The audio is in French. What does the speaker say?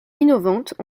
innovantes